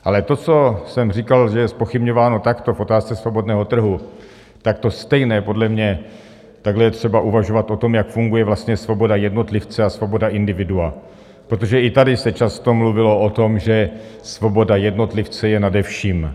Ale to, co jsem říkal, že je zpochybňováno takto v otázce svobodného trhu, tak stejně podle mě je třeba uvažovat o tom, jak funguje vlastně svoboda jednotlivce a svoboda individua, protože i tady se často mluvilo o tom, že svoboda jednotlivce je nade vším.